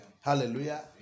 Hallelujah